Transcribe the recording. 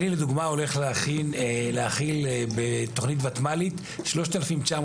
אני לדוגמה הולך להכיל בתוכנית ותמ"לית 3,900